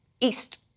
East